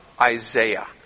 Isaiah